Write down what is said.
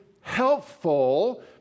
helpful